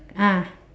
ah